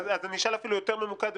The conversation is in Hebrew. אז אני אשאל אפילו יותר ממוקד,